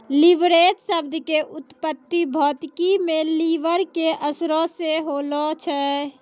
leverage शब्द के उत्पत्ति भौतिकी मे लिवर के असरो से होलो छै